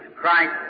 Christ